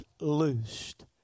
loosed